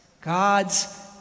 God's